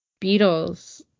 Beatles